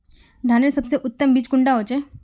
धानेर सबसे उत्तम बीज कुंडा होचए?